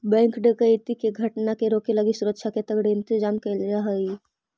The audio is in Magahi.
बैंक डकैती के घटना के रोके लगी सुरक्षा के तगड़े इंतजाम कैल जा हइ